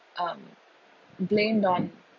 um blamed on